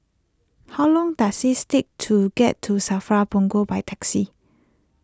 how long does it take to get to Safra Punggol by taxi